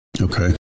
Okay